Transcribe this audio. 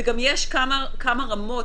יש גם כמה רמות.